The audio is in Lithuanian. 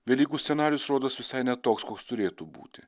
velykų scenarijus rodos visai ne toks koks turėtų būti